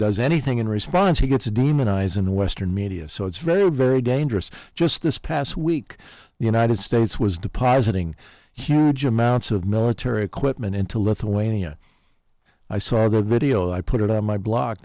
does anything in response he gets demonized in the western media so it's very very dangerous just this past week the united states was depositing huge amounts of military equipment into lithuania i saw the video i put it on my blo